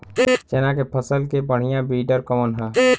चना के फसल के लिए बढ़ियां विडर कवन ह?